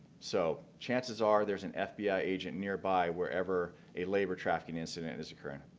so chances are there's an fbi agent nearby where ever a labor trafficking incident is occurring.